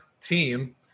team